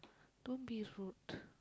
don't be rude